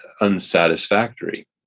unsatisfactory